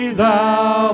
thou